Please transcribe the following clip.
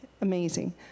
Amazing